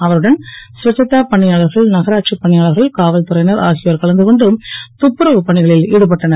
அவருடன் ஸ்வச்சதா பணியாளர்கள் நகராட்சி பணியாளர்கள் காவல்துறை னர் ஆகியோர் கலந்து கொண்டு துப்புறவு பணிகளில் ஈடுபட்டனர்